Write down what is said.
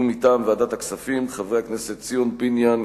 ומטעם ועדת הכספים חברי הכנסת ציון פיניאן,